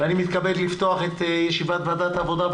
ואני מתכבד לפתוח את ישיבת ועדת העבודה,